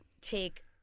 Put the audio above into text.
take